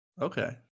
Okay